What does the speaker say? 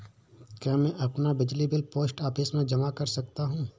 क्या मैं अपना बिजली बिल पोस्ट ऑफिस में जमा कर सकता हूँ?